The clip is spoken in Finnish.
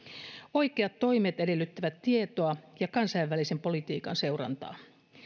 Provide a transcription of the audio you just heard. oikeat toimet edellyttävät tietoa ja kansainvälisen politiikan seurantaa